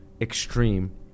extreme